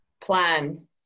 Plan